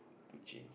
to change